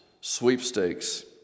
sweepstakes